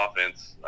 offense